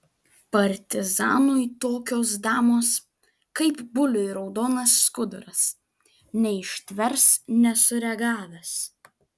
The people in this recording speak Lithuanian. partizanui tokios damos kaip buliui raudonas skuduras neištvers nesureagavęs